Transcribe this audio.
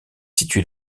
située